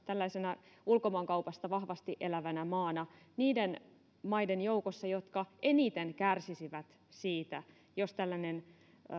tällaisena ulkomaankaupasta vahvasti elävänä maana niiden maiden joukossa jotka eniten kärsisivät siitä jos tällainen